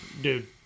dude